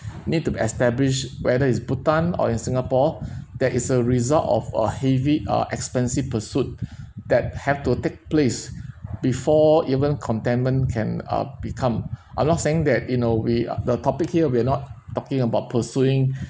need to be established whether is bhutan or in singapore that is a result of a heavy uh expensive pursuit that have to take place before even contentment can uh become I'm not saying that you know we uh the topic here we're not talking about pursuing